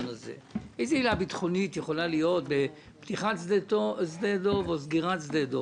איזו עילה ביטחונית יכולה להיות בפתיחת או סגירת שדה דב?